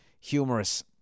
humorous